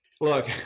look